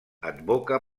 advoca